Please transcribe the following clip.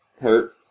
hurt